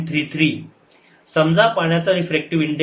33 समजा पाण्याचा refractive index हा 1